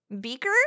beaker